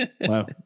Wow